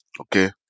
okay